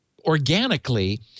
organically